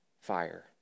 fire